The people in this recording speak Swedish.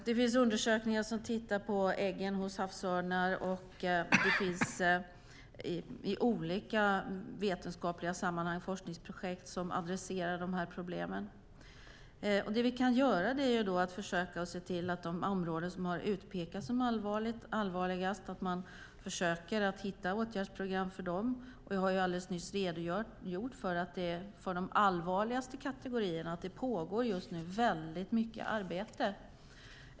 Det finns undersökningar där man tittar på äggen hos havsörnar, och det finns i olika vetenskapliga sammanhang forskningsprojekt som adresserar de här problemen. Det vi kan göra är att se till att man för de områden som utpekas som allvarligast drabbade försöker hitta åtgärdsprogram. Jag har alldeles nyss redogjort för att det för de allvarligaste kategorierna just nu pågår mycket arbete.